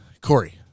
Corey